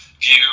view